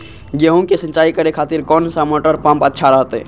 गेहूं के सिंचाई करे खातिर कौन सा मोटर पंप अच्छा रहतय?